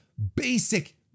basic